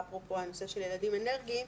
אפרופו הנושא של ילדים אלרגיים.